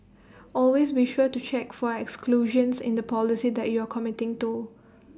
always be sure to check for exclusions in the policy that you are committing to